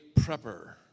prepper